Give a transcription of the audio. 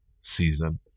season